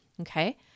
Okay